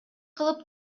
кылып